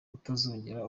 kutazongera